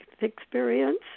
experience